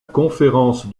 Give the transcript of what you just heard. conférence